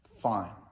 fine